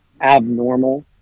abnormal